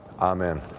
Amen